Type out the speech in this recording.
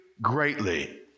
greatly